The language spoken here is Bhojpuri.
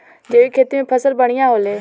जैविक खेती से फसल बढ़िया होले